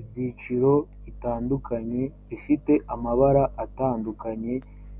Ibyiciro bitandukanye bifite amabara atandukanye